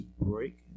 break